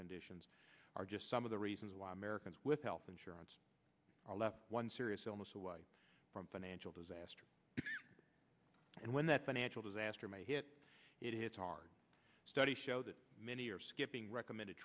conditions are just some of the reasons why americans with health insurance are left one serious illness away from financial disaster and when that financial disaster may hit it hits hard studies show that many are skipping recommended